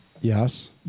Yes